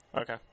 Okay